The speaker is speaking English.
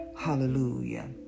Hallelujah